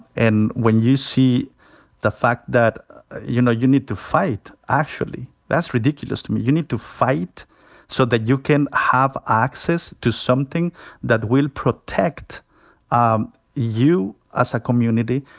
and when you see the fact that, you know you need to fight actually, that's ridiculous to me. you need to fight so that you can have access to something that will protect um you as a community.